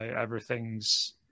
everything's